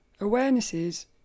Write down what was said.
awarenesses